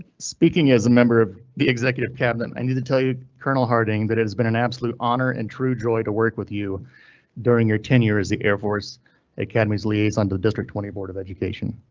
speaking as a member of the executive cabinet, i need to tell you colonel harting, that it has been an absolute honor and true joy to work with you during your tenure as the air force academy's liaison to district twenty board of education.